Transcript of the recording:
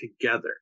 together